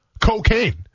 cocaine